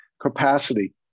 capacity